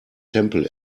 tempel